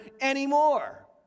anymore